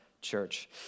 church